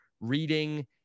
reading